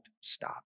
stop